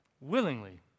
Willingly